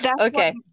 Okay